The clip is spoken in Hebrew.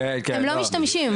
הם לא משתמשים בו.